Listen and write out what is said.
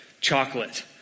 chocolate